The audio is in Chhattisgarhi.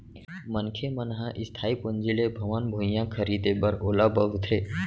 मनखे मन ह इस्थाई पूंजी ले भवन, भुइयाँ खरीदें बर ओला बउरथे